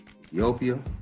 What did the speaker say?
Ethiopia